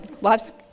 Life's